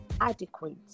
adequate